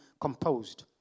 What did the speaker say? composed